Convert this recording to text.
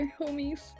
homies